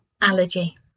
allergy